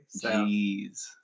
Jeez